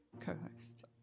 co-host